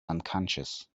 unconscious